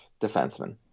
defenseman